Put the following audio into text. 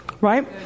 Right